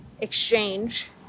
Exchange